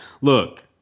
look